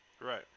Right